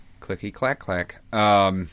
Clicky-clack-clack